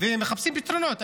והם מחפשים פתרונות.